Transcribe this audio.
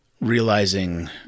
realizing